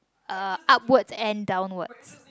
uh upwards and downwards